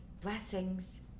Blessings